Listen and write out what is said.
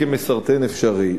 כמסרטן אפשרי.